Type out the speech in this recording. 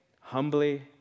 humbly